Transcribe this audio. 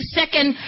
second